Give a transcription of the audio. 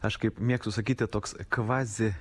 aš kaip mėgstu sakyti toks kvaz